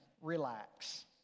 relax